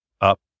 up